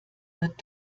wird